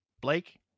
Blake